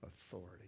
authority